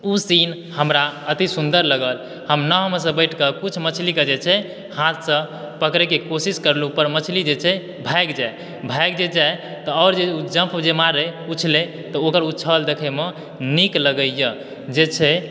ओ scene हमरा अतिसुन्दर लागल हम नावमे सॅं बैठ के किछु मछली के जे छै हाथ सॅं पकड़य के कोशिश करलहुॅं पर मछली जे छै से भाइग जाइ भागि जे जाइ तऽ आओर जे ओ जम्प जे मारय उछलै त ओकर उछल देख़यमे नीक लगै यऽ जे छै